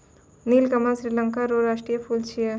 नीलकमल श्रीलंका रो राष्ट्रीय फूल छिकै